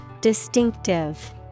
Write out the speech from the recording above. Distinctive